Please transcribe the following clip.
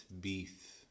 beef